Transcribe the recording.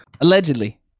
allegedly